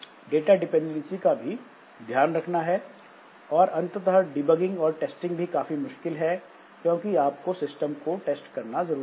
data dependency का भी ध्यान रखना है और अंततः डीबगिंग और टेस्टिंग भी काफी मुश्किल है क्योंकि आपको सिस्टम को टेस्ट करना जरूरी है